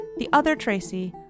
TheOtherTracy